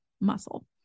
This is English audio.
muscle